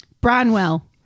Branwell